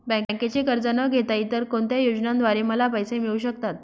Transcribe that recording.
बँकेचे कर्ज न घेता इतर कोणत्या योजनांद्वारे मला पैसे मिळू शकतात?